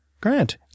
Grant